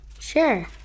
Sure